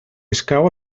escau